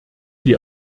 die